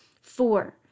Four